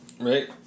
Right